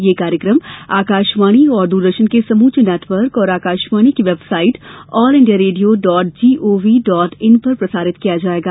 यह कार्यक्रम आकाशवाणी और दूरदर्शन के समूचे नेटवर्क और आकाशवाणी की website all India radio dot G O V dot in पर प्रसारित किया जाएगा